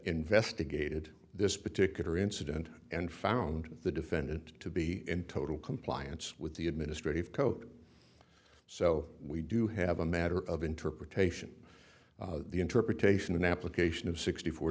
investigated this particular incident and found the defendant to be in total compliance with the administrative code so we do have a matter of interpretation the interpretation and application of sixty four